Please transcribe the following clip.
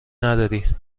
نداری